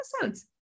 episodes